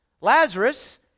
Lazarus